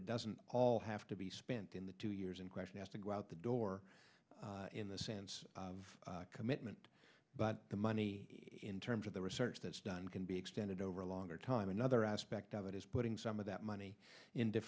it doesn't all have to be spent in the two years in question has to go out the door in the sense of commitment but the money in terms of the research that's done can be extended over a longer time another aspect of it is putting some of that money in